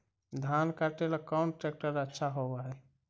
धान कटे ला कौन ट्रैक्टर अच्छा होबा है?